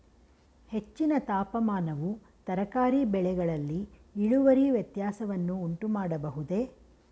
ಹೆಚ್ಚಿನ ತಾಪಮಾನವು ತರಕಾರಿ ಬೆಳೆಗಳಲ್ಲಿ ಇಳುವರಿ ವ್ಯತ್ಯಾಸವನ್ನು ಉಂಟುಮಾಡಬಹುದೇ?